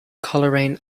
coleraine